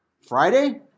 Friday